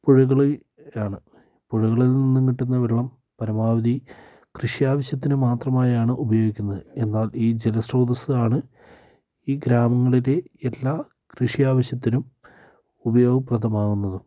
പുഴകളിൽ ആണ് പുഴകളിൽ നിന്നും കിട്ടുന്ന വെള്ളം പരമാവധി കൃഷി ആവശ്യത്തിന് മാത്രമായാണ് ഉപയോഗിക്കുന്നത് എന്നാൽ ഈ ജലസ്രോതസാണ് ഈ ഗ്രാമങ്ങളിലെ എല്ലാ കൃഷി ആവശ്യത്തിനും ഉപയോഗപ്രദമാകുന്നതും